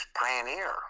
pioneer